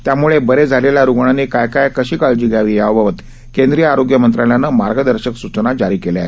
त्यामुळे बरे झालेल्या रुग्णांनी काय आणि कशी काळजी घ्यावी याबाबत केंद्रीय आरोग्य मंत्रालयानं मार्गदर्शक सुचना जारी केल्या आहेत